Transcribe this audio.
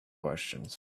questions